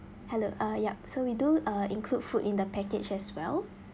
hello uh yup so we do uh include food in the package as well